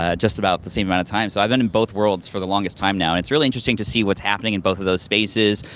ah just about the same amount of time, so i've been in both worlds for the longest time now. and it's really interesting to see what's happening in both of those spaces,